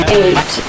eight